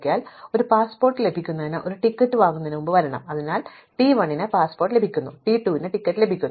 അതിനാൽ ഒരു പാസ്പോർട്ട് ലഭിക്കുന്നതിന് ഒരു ടിക്കറ്റ് വാങ്ങുന്നതിനുമുമ്പ് വരണം അതിനാൽ ടി 1 ന് പാസ്പോർട്ട് ലഭിക്കുന്നു ടി 2 ന് ടിക്കറ്റ് ലഭിക്കുന്നു